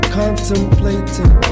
contemplating